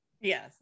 Yes